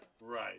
Right